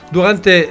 Durante